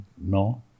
no